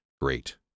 great